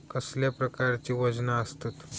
कसल्या प्रकारची वजना आसतत?